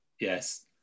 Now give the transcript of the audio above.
Yes